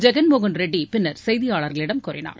ஜெகன்மோகன் ரெட்டி பின்னர் செய்தியாளர்களிடம் கூறினார்